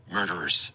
murderers